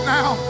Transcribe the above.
now